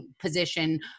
position